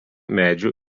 medžių